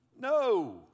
No